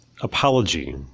apology